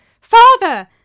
Father